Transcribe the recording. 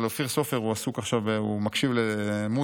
אבל אופיר סופר עסוק עכשיו, הוא מקשיב למוזיקה.